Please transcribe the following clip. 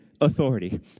authority